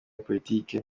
politiki